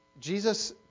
Jesus